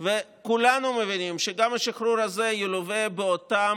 וכולנו מבינים שגם השחרור הזה ילווה באותם